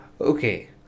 Okay